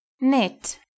Knit